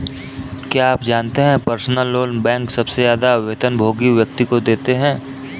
क्या आप जानते है पर्सनल लोन बैंक सबसे ज्यादा वेतनभोगी व्यक्ति को देते हैं?